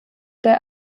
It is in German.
der